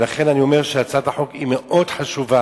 לכן אני אומר שהצעת החוק היא מאוד חשובה,